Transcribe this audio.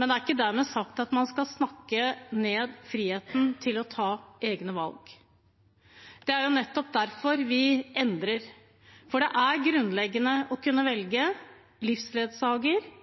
men det er ikke dermed sagt at man skal snakke ned friheten til å ta egne valg. Det er jo nettopp derfor vi endrer. For det er grunnleggende å kunne velge livsledsager,